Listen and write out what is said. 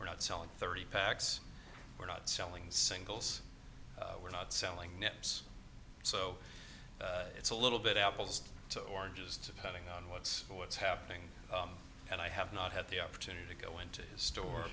we're not selling thirty packs we're not selling singles we're not selling nets so it's a little bit apples to oranges depending on what's what's happening and i have not had the opportunity to go into store